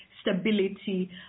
stability